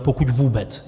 Pokud vůbec.